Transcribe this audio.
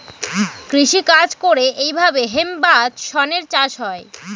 কৃষি কাজ করে এইভাবে হেম্প বা শনের চাষ হয়